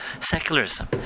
secularism